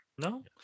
No